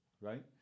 Right